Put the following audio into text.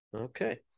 okay